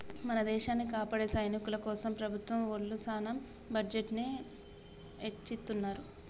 మన దేసాన్ని కాపాడే సైనికుల కోసం ప్రభుత్వం ఒళ్ళు సాన బడ్జెట్ ని ఎచ్చిత్తున్నారు